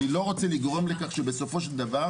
אני לא רוצה לגרום לכך שבסופו של דבר